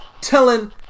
telling